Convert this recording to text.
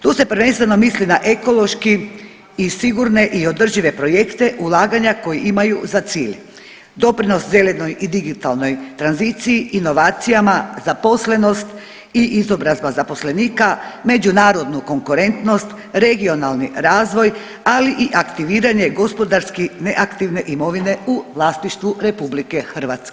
Tu se prvenstveno misli na ekološki i sigurne i održive projekte ulaganja koji imaju za cilj doprinos zelenoj i digitalnoj tranziciji, inovacijama, zaposlenost i izobrazba zaposlenika, međunarodnu konkurentnost, regionalni razvoj, ali i aktiviranje gospodarski neaktivne imovine u vlasništvu RH.